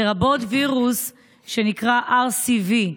לרבות וירוס שנקרא RSV,